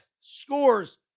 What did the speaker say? scores